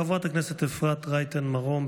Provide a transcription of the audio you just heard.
חברת הכנסת אפרת רייטן מרום,